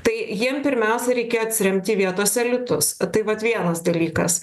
tai jiem pirmiausia reikėjo atsiremti į vietos elitus tai vat vienas dalykas